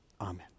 Amen